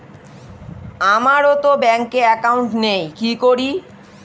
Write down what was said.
আমারতো ব্যাংকে একাউন্ট নেই কি করি?